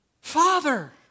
Father